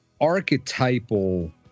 archetypal